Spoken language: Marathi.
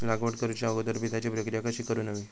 लागवड करूच्या अगोदर बिजाची प्रकिया कशी करून हवी?